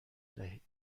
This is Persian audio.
دهید